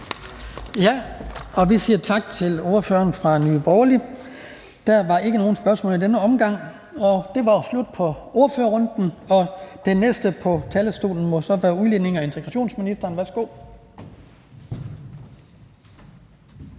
Vi siger tak til ordføreren for Nye Borgerlige. Der var ikke nogen spørgsmål i denne omgang. Det var slut på ordførerrunden, og den næste på talerstolen må så være udlændinge- og integrationsministeren. Værsgo.